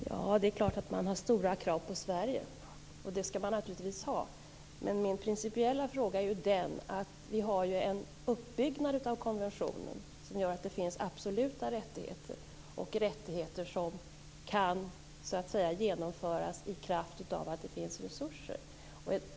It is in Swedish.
Fru talman! Det är klart att man har stora krav på Sverige, och det skall man naturligtvis ha. Men den principiella frågan gäller att uppbyggnaden av konventionen gör att det finns absoluta rättigheter och rättigheter som kan genomföras i kraft av att det finns resurser.